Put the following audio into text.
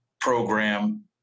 program